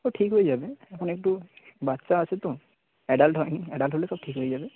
ও ঠিক হয়ে যাবে এখন একটু বাচ্চা আছে তো অ্যাডাল্ট হয়নি অ্যাডাল্ট হলে সব ঠিক হয়ে যাবে